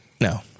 No